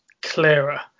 clearer